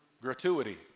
gratuity